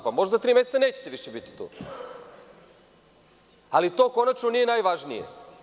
Pa možda za tri meseca nećete više biti tu, ali to konačno nije najvažnije.